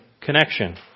connection